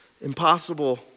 Impossible